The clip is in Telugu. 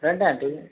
రండి ఆంటీ